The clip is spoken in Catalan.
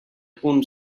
punt